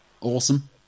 Awesome